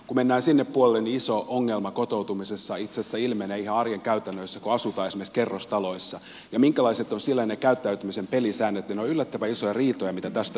kun mennään sinne puolelle niin iso ongelma kotoutumisessa itse asiassa ilmenee ihan arjen käytännöissä kun asutaan esimerkiksi kerrostaloissa ja minkälaiset ovat siellä ne käyttäytymisen pelisäännöt niin ne ovat yllättävän isoja riitoja mitä tästä syntyy